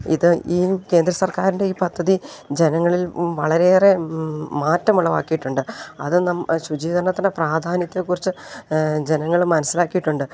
ഇത് ഈ കേന്ദ്ര സർക്കാരിൻ്റെ ഈ പദ്ധതി ജനങ്ങളിൽ വളരെയേറെ മാറ്റമുളവാക്കിയിട്ടുണ്ട് അത് നാം ശുചീകരണത്തിൻ്റെ പ്രാധാന്യത്തെക്കുറിച്ച് ജനങ്ങൾ മനസ്സിലാക്കിയിട്ടുണ്ട്